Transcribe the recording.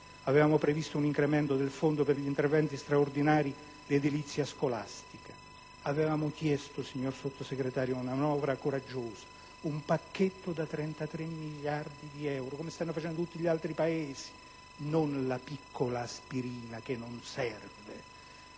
Avevamo previsto anche un incremento del fondo per gli interventi straordinari di edilizia scolastica. Avevamo chiesto, signor Sottosegretario, una manovra coraggiosa: un pacchetto da 33 miliardi di euro - come stanno facendo tutti gli altri Paesi - non la piccola aspirina che non serve.